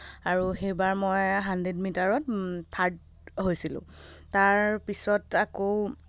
আৰু সেইবাৰ মই হাণ্ড্ৰেড মিটাৰত থাৰ্ড হৈছিলোঁ তাৰপিছত আকৌ